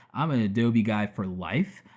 i'm an adobe guy for life.